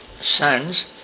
sons